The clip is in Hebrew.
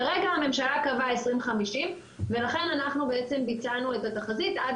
כרגע הממשלה קבעה 2050 ולכן אנחנו בעצם ביצענו את התחזית עד